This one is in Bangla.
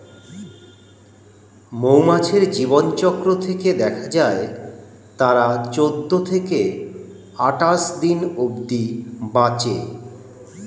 মৌমাছির জীবনচক্র থেকে দেখা যায় তারা চৌদ্দ থেকে আটাশ দিন অব্ধি বাঁচে